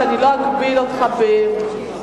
שאני לא אגביל אותך בזמן.